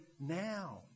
now